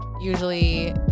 usually